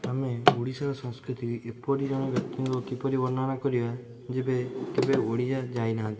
ଆମେ ଓଡ଼ିଶାର ସଂସ୍କୃତି ଏପରି ଜଣେ ବ୍ୟକ୍ତିଙ୍କୁ କିପରି ବର୍ଣ୍ଣନା କରିବା ଯେବେ କେବେ ଓଡ଼ିଶା ଯାଇନାହାନ୍ତି